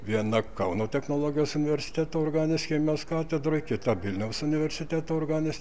viena kauno technologijos universiteto organinės chemijos katedroj kita vilniaus universiteto organinės